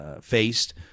faced